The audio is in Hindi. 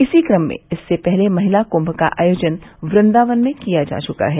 इसी क्रम में इससे पहले महिला कुम्म का आयोजन वृन्दावन में किया जा चुका है